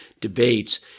debates